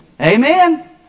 Amen